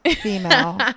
female